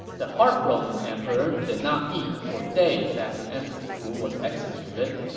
the heartbroken emperor did not eat for days after empress fu was executed.